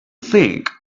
think